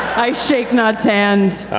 i shake nott's hand.